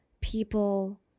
people